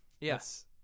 Yes